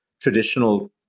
traditional